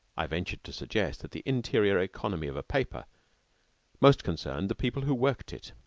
i ventured to suggest that the interior economy of a paper most concerned the people who worked it.